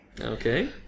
Okay